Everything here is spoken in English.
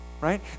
Right